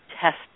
test